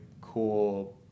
cool